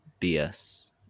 bs